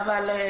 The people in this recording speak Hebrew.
גברתי